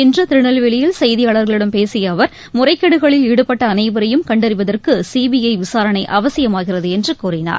இன்று திருநெல்வேலியில் செய்தியாளர்களிடம் பேசிய அவர் முறைகேடுகளில் ஈடுபட்ட அனைவரையும் கண்டறிவதற்கு சிபிஐ விசாரணை அவசியமாகிறது என்று கூறினார்